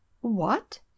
What